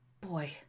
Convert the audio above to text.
Boy